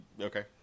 Okay